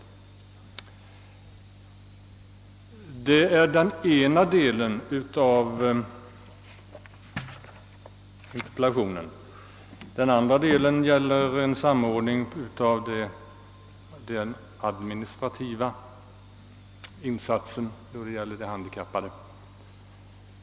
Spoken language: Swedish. Det är den ena delen av interpellationen. Den andra delen gäller en samordning av den administrativa insatsen för de handikappade.